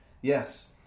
Yes